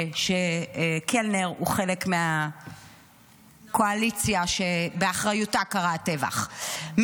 שקלנר הוא חלק מהקואליציה שבאחריותה קרה הטבח,